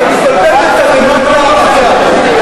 אתה מתבלבל בין תדהמה להערצה.